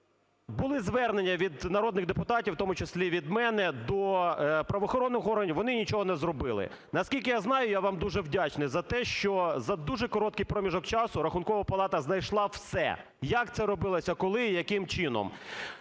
Були звернення від народних депутатів, в тому числі від мене, до правоохоронних органів, вони нічого не зробили. Наскільки я знаю, я вам дуже вдячний за те, що за дуже короткий проміжок часу Рахункова палата знайшла все, як це робилося, коли і яким чином.